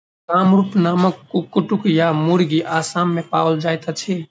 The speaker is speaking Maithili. कामरूप नामक कुक्कुट वा मुर्गी असाम मे पाओल जाइत अछि